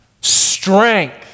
Strength